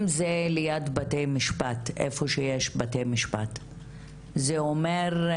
אם זה ליד בתי משפט, זה אומר,